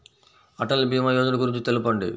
అటల్ భీమా యోజన గురించి తెలుపండి?